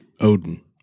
Odin